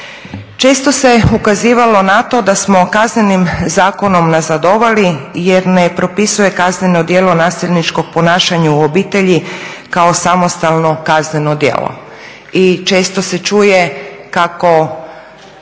Često se ukazivalo na to da smo Kaznenim zakonom nazadovali jer ne propisuje kazneno djelo nasilničkog ponašanja u obitelji kao samostalno kazneno djelo. I često se čuje kako